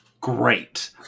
Great